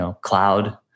cloud